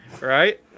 right